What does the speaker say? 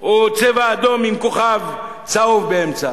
או צבע אדום עם כוכב צהוב באמצע?